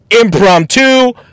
impromptu